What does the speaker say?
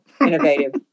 innovative